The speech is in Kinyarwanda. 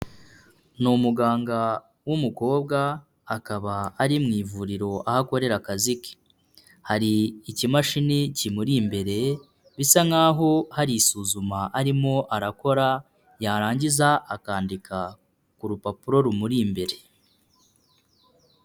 Ni umuganga w'umukobwa, akaba ari mu ivuriro aho akorera akazi ke. Hari ikimashini kimuri imbere bisa nkaho hari isuzuma arimo arakora yarangiza akandika ku rupapuro rumuri imbere.